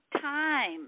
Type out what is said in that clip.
time